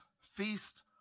feast